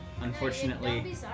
Unfortunately